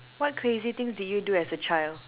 what crazy things did you do as a child